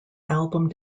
album